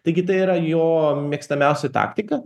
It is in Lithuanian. taigi tai yra jo mėgstamiausia taktika